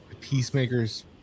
Peacemaker's